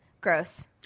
Gross